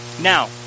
Now